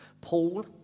Paul